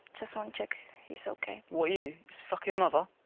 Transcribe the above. just wanna check he's okay. what are you, his fucking mother?